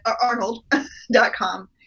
arnold.com